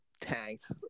tanked